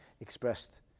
expressed